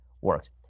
works